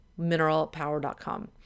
mineralpower.com